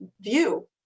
view